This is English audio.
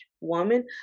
woman